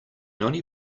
only